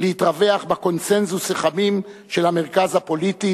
להתרווח בקונסנזוס החמים של המרכז הפוליטי,